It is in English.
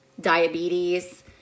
diabetes